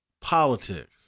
Politics